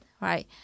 right